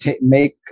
make